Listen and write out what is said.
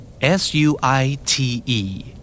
S-U-I-T-E